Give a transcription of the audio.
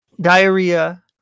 Diarrhea